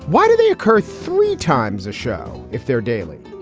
why do they occur three times a show if they're daily?